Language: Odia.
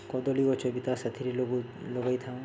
କଦଳୀ ଗଛ ବି ତା ସାଥିରେ ଲଗାଇ ଲଗେଇଥାଉ